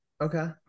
Okay